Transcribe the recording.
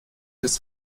des